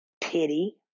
pity